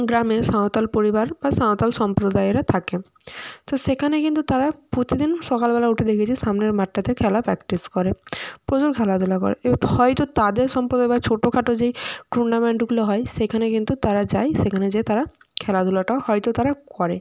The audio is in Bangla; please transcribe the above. গ্রামে সাঁওতাল পরিবার বা সাঁওতাল সম্প্রদায়েরা থাকে তো সেখানে কিন্তু তারা প্রতিদিন সকালবেলা উঠে দেখেছি সামনের মাঠটাতে খেলা প্র্যাকটিস করে প্রচুর খেলাধুলা করে এবার হয়তো তাদের সম্প্রদায় বা ছোটো খাটো যেই টুর্নামেন্টগুলো হয় সেখানে কিন্তু তারা যায় সেখানে যেয়ে তারা খেলাধুলাটা হয়তো তারা করে